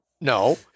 no